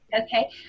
Okay